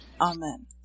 Amen